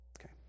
Okay